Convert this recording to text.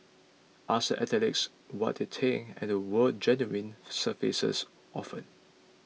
ask the athletes what they think and the word genuine surfaces often